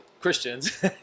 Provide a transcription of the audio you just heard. christians